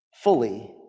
fully